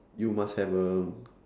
you must have a